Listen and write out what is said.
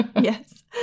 yes